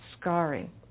scarring